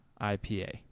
ipa